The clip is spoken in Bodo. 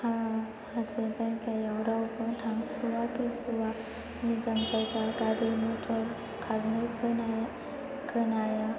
हाजो जायगायाव रावबो थांस'आ फैस'आ मोजां जायगा गारि मटर खारनाय खोनाया